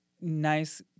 nice